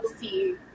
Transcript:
see